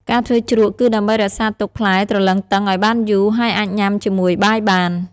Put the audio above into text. ការធ្វើជ្រក់គឺដើម្បី រក្សាទុកផ្លែទ្រលឹងឱ្យបានយូរ ហើយអាចញ៉ាំជាមួយបាយបាន។